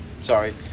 Sorry